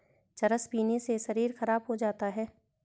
चरस पीने से शरीर खराब हो जाता है